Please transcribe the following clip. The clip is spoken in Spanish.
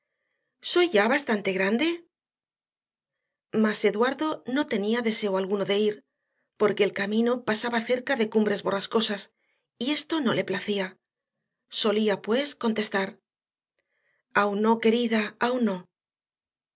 soy ya bastante grande mas eduardo no tenía deseo alguno de ir porque el camino pasaba cerca de cumbres borrascosas y esto no le placía solía pues contestar aún no querida aún no